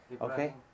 Okay